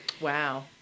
Wow